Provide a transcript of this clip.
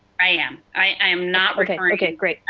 i am. i am not referring okay great.